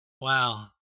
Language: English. Wow